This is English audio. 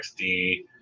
XD